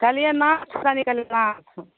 कहलिऐ नथ कहलि कहलि नथ